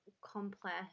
complex